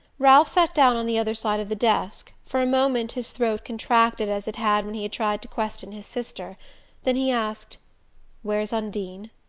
ralph sat down on the other side of the desk. for a moment his throat contracted as it had when he had tried to question his sister then he asked where's undine?